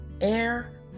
air